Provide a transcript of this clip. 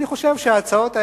אני חושב שההצעות האלה,